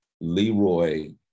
Leroy